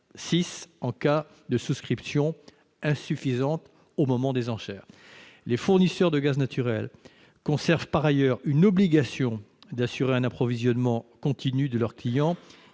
en cas de souscription insuffisante au moment des enchères. Les fournisseurs de gaz naturel conservent par ailleurs une obligation d'assurer un approvisionnement continu de leurs clients,